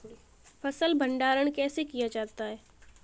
फ़सल भंडारण कैसे किया जाता है?